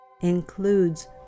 Includes